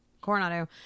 Coronado